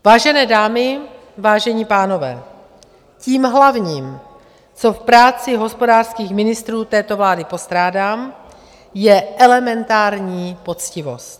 Vážené dámy, vážení pánové, tím hlavním, co v práci hospodářských ministrů této vlády postrádám, je elementární poctivost.